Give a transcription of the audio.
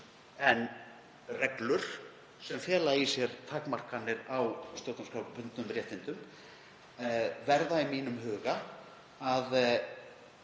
En reglur sem fela í sér takmarkanir á stjórnarskrárbundnum réttindum verða í mínum huga að